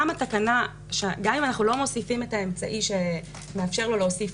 גם אם אנחנו לא מוסיפים את האמצעי שמאפשר לו להוסיף